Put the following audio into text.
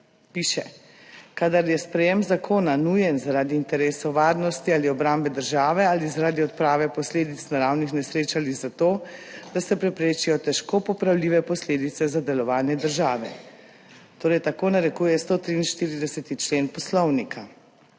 Piše, kadar je sprejem zakona nujen zaradi interesov varnosti ali obrambe države ali zaradi odprave posledic naravnih nesreč ali zato, da se preprečijo težko popravljive posledice za delovanje države, torej tako narekuje 143. člen Poslovnika.